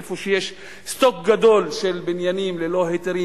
איפה שיש סטוק גדול של בניינים ללא היתרים,